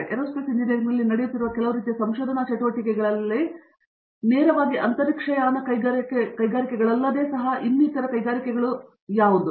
aerospace ಇಂಜಿನಿಯರಿಂಗ್ನಲ್ಲಿ ನಡೆಯುತ್ತಿರುವ ಕೆಲವು ರೀತಿಯ ಸಂಶೋಧನಾ ಚಟುವಟಿಕೆಗಳಲ್ಲಿ ನೇರವಾಗಿ ಅಂತರಿಕ್ಷಯಾನ ಕೈಗಾರಿಕೆಗಳಲ್ಲದೆ ಸಹ ನೀವು ತಿಳಿದಿರುವ ಇತರ ಕೈಗಾರಿಕೆಗಳು ಕೂಡಾ ಯಾವುವು